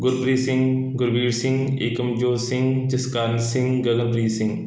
Gurpreet Singh Gurbir Singh Ekamjot Singh Jaskaran Singh Gaganpreet Singh